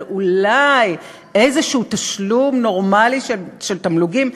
אולי איזשהו תשלום נורמלי של תמלוגים,